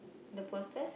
the posters